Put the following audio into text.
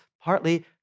partly